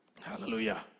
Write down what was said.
hallelujah